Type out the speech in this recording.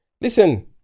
Listen